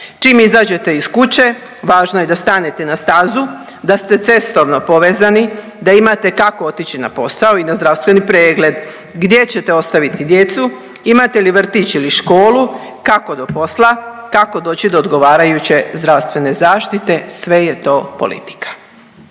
Čim izađete iz kuće važno je da stanete na stazu, da ste cestovno povezani, da imate kako otići na posao i na zdravstveni pregled, gdje ćete ostaviti djecu, imate li vrtić ili školu, kako do posla, kako doći do odgovarajuće zdravstvene zaštite sve je to politika.